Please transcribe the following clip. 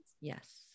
Yes